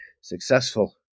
successful